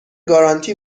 گارانتی